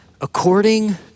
according